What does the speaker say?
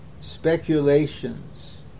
speculations